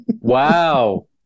Wow